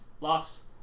loss